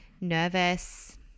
nervous